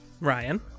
Ryan